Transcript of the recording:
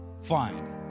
find